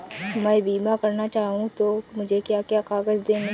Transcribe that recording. मैं बीमा करना चाहूं तो मुझे क्या क्या कागज़ देने होंगे?